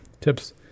tips